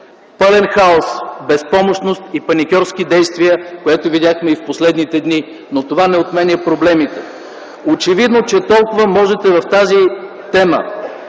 Пълен хаос, безпомощност и паникьорски действия, което видяхме и в последните дни, но това не отменя проблемите. Очевидно, че толкова можете в тази тема